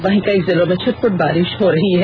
वहीं कई जिलों में छिटपुट बारिष भी हो रही है